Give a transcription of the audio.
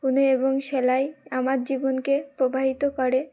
বুনন এবং সেলাই আমার জীবনকে প্রভাবিত করে